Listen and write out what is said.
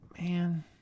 man